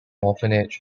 orphanage